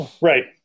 Right